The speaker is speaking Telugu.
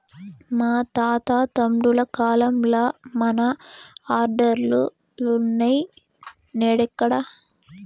మా తాత తండ్రుల కాలంల మన ఆర్డర్లులున్నై, నేడెక్కడ